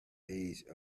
age